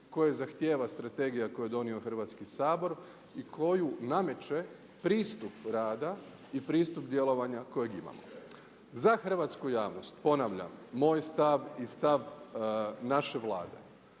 koje zahtjeva strategija koju je donio Hrvatski sabor i koju nameće pristup rada i pristup djelovanja kojeg imamo. Za hrvatsku javnost ponavljam, moj stav i stav naše Vlade,